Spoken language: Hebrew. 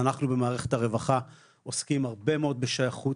אנחנו במערכת הרווחה עוסקים הרבה מאוד בשייכות